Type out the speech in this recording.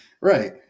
Right